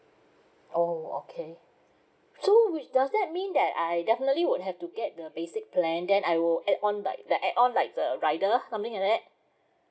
oh okay so which does that mean that I definitely would have to get the basic plan then I will add on like the add-on like the rider something like that